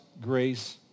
grace